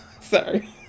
Sorry